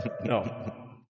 No